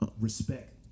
respect